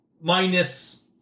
minus